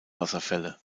wasserfälle